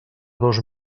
dos